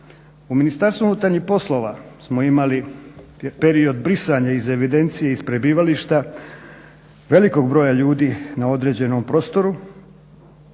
U Ministarstvu unutarnjih poslova smo imali period brisanja iz evidencije iz prebivališta velikog broja ljudi na određenom prostoru